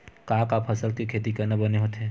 का का फसल के खेती करना बने होथे?